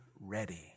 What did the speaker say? ready